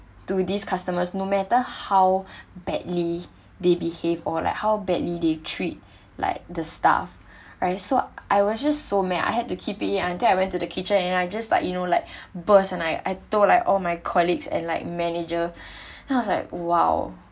to these customers no matter how badly they behave or like how badly they treat like the staff right so I was just so mad I had to keep it in until I went to the kitchen and I just like you know like burst and I I told I all my colleagues and like manager and I was like !wow!